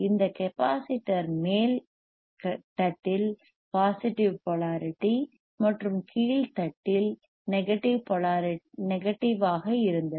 இந்த கெப்பாசிட்டர் மேல் தட்டில் பாசிடிவ் போலாரிட்டி மற்றும் கீழ் தட்டில் நெகட்டிவ் ஆக இருந்தது